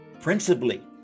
principally